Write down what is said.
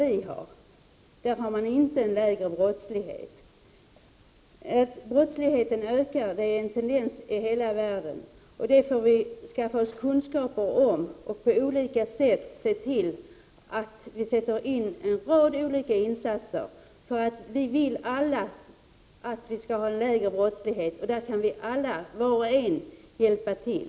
Men där är brottsligheten inte mindre. Att brottsligheten ökar är en tendens i hela världen. Vi får därför skaffa oss ytterligare kunskaper om detta för att på olika sätt se till att en rad olika insatser görs. Vi vill ju alla att brottsligheten skall vara mindre, och vi kan var och en hjälpa till.